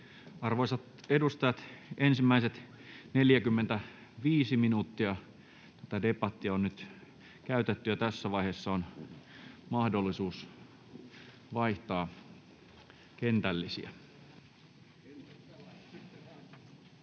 Arvoisat edustajat! Ensimmäiset 45 minuuttia tästä debatista on nyt käytetty, ja tässä vaiheessa on mahdollisuus vaihtaa kentällisiä.